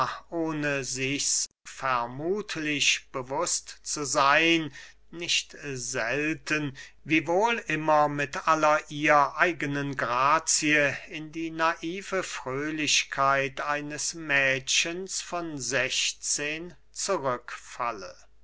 vermuthlich bewußt zu seyn nicht selten wiewohl immer mit aller ihr eigenen grazie in die naive fröhlichkeit eines mädchens von sechzehn zurückfalle